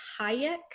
Hayek